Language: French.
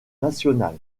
national